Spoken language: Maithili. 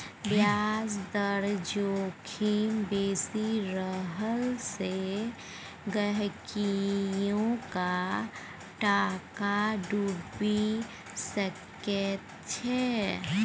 ब्याज दर जोखिम बेसी रहला सँ गहिंकीयोक टाका डुबि सकैत छै